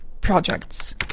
Projects